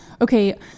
Okay